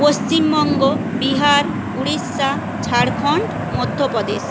Paschimbanga Bihar Orissa Jharkhand Madhya Pradesh